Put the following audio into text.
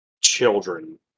Children